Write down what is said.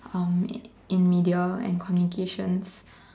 um in in media and communications